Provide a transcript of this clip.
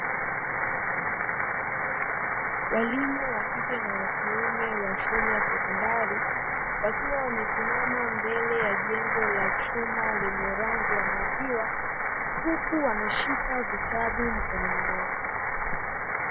Walimu wa kike na wa kiume wa shule ya sekondari, wakiwa wamesimama mbele ya jengo la chuma lenye rangi ya maziwa, huku wameshika vitabu mikononi mwao.